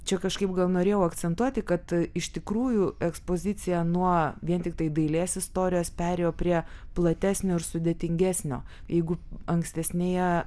čia kažkaip gal norėjau akcentuoti kad iš tikrųjų ekspozicija nuo vien tiktai dailės istorijos perėjo prie platesnio ir sudėtingesnio jeigu ankstesnėje